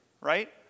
right